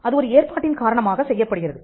அது ஒரு ஏற்பாட்டின் காரணமாக செய்யப்படுகிறது